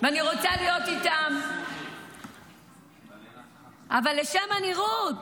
ואני רוצה להיות איתם אבל לשם הנראות,